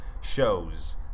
shows